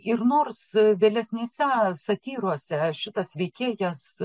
ir nors vėlesnėse satyrose šitas veikėjas